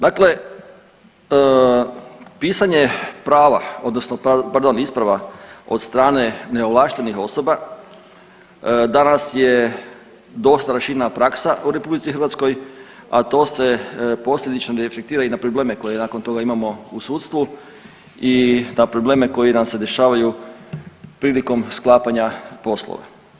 Dakle, pisanje prava odnosno pardon isprava od strane neovlaštenih osoba danas je dosta raširena praksa u RH, a to se posljedično reflektira i na probleme koje nakon toga imamo u sudstvu i na probleme koji nam se dešavaju prilikom sklapanja poslova.